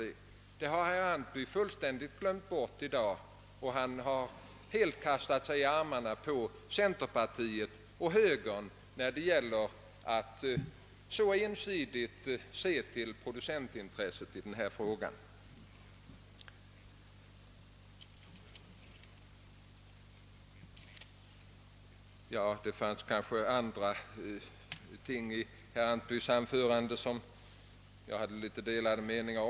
Detta har herr Antby fullständigt glömt bort i dag och han har helt kastat sig i armarna på centerpartiet och högern när det gäller att så ensidigt se till producentintresset i denna fråga. Det fanns kanske annat i herr Antbys anförande där jag inte kunde dela hans mening.